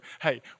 hey